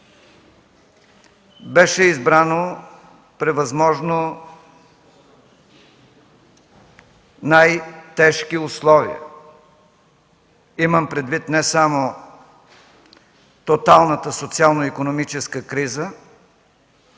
беше избрано при възможно най-тежки условия. Имам предвид не само тоталната социално-икономическа криза,